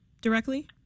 directly